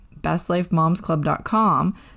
bestlifemomsclub.com